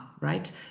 right